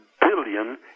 billion